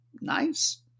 nice